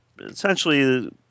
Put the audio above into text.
essentially